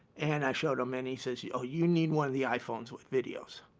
and i showed him and he says, yeah oh you need one of the iphones with videos.